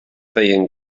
deien